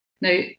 Now